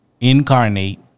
incarnate